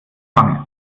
wange